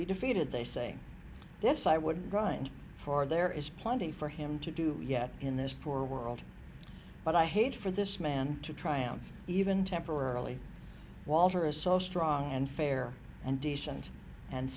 be defeated they say this i would grind for there is plenty for him to do yet in this poor world but i hate for this man to triumph even temporarily walter is so strong and fair and decent and